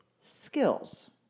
skills